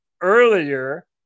earlier